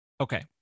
Okay